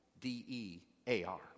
D-E-A-R